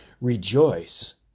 rejoice